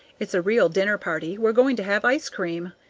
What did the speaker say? it's a real dinner party we're going to have ice-cream.